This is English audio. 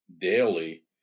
daily